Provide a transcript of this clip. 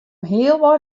healwei